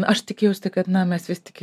aš tikėjaus tai kad na mes vis tik